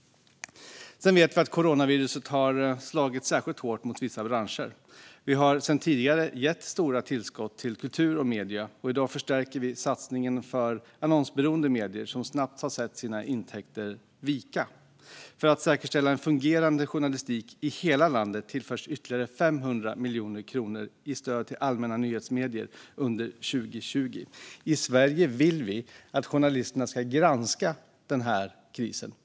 Vi vet att coronaviruset har slagit särskilt hårt mot vissa branscher. Vi har sedan tidigare gett stora tillskott till kultur och medier, och i dag förstärker vi satsningen för de annonsberoende medier som snabbt har sett sina intäkter vika. För att säkerställa en fungerande journalistisk i hela landet tillförs ytterligare 500 miljoner kronor i stöd till allmänna nyhetsmedier under 2020. I Sverige vill vi att journalisterna ska granska den här krisen.